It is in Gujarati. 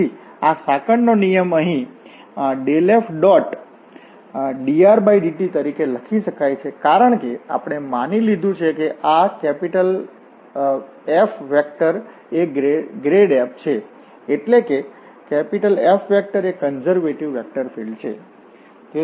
તેથી આ સાંકળનો નિયમ અહીં ∇f⋅drdt તરીકે લખી શકાય છે કારણ કે આપણે માની લીધું છે કે આ F એ ગ્રેડ f છે એટલે કે F એક કન્ઝર્વેટિવ વેક્ટર ફીલ્ડ્ છે